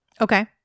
Okay